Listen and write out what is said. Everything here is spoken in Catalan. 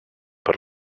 per